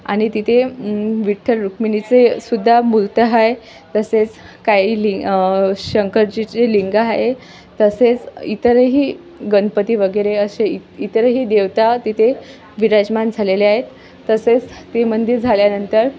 आणि तिथे विठ्ठल रुक्मिणीचे सुद्धा मूर्त आहे तसेच काही लि शंकरजीचे लिंग आहे तसेच इतरही गणपती वगैरे असे इ इतरही देवता तिथे विराजमान झालेले आहेत तसेच ते मंदिर झाल्यानंतर